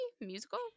Musical